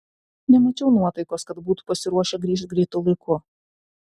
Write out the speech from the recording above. nemačiau nuotaikos kad būtų pasiruošę grįžt greitu laiku